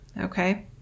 Okay